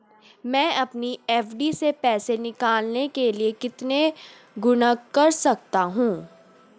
मैं अपनी एफ.डी से पैसे निकालने के लिए कितने गुणक कर सकता हूँ?